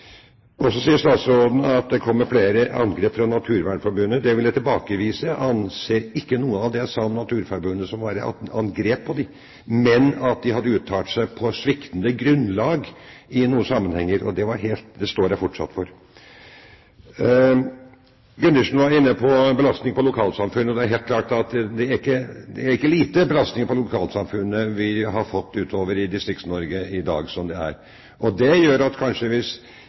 Og så sier statsråden at det kom flere angrep på Naturvernforbundet. Det vil jeg tilbakevise. Jeg anser ikke at noe av det jeg sa om Naturvernforbundet, som et angrep på dem, men at de hadde uttalt seg på sviktende grunnlag i noen sammenhenger. Det står jeg fortsatt for. Gundersen var inne på belastningen på lokalsamfunnet. Det er helt klart at det ikke er liten belastning på lokalsamfunnet utover i Distrikts-Norge i dag, og det gjør kanskje at hvis vi ikke greier å håndheve dette på en måte slik at